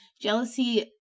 jealousy